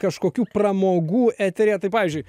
kažkokių pramogų eteryje tai pavyzdžiui